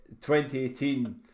2018